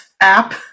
app